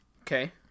Okay